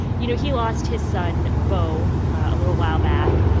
you know, he lost his son beau a little while back.